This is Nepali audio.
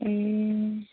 ए